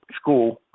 school